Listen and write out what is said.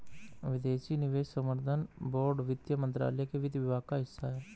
विदेशी निवेश संवर्धन बोर्ड वित्त मंत्रालय के वित्त विभाग का हिस्सा है